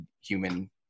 human